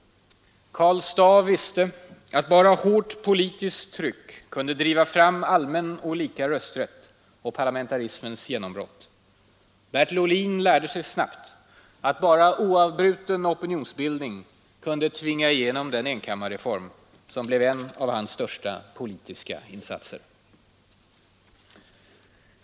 Karl Staaff visste att bara hårt politiskt tryck kunde driva fram allmän och lika rösträtt och parlamentarismens genombrott. Bertil Ohlin lärde sig snabbt att bara oavbruten opinionsbildning kunde tvinga igenom den enkammarreform som blev en av hans största politiska insatser.